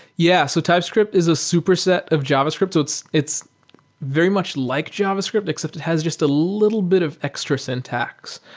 yeah. so typescript is a superset of javascript. so it's it's very much like javascript except it has just a little bit of extra syntax,